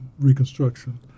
Reconstruction